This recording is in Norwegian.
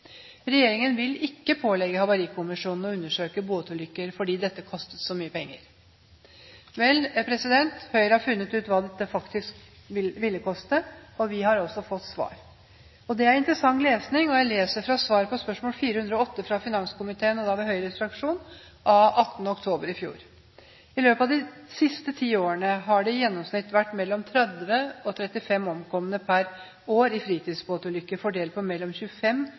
Regjeringen ville ikke pålegge Havarikommisjonen å undersøke båtulykker fordi dette kostet så mye penger. Vel, Høyre har funnet ut hva dette faktisk ville kostet, og vi har også fått svar. Det er interessant lesning, og jeg siterer fra svar på spørsmål 408 fra finanskomiteen, ved Høyres fraksjon, av 18. oktober i fjor: «I løpet av de siste 10 år har det i gjennomsnitt vært mellom 30 og 35 omkomne per år i fritidsbåtulykker fordelt på mellom 25